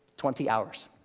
twenty hours.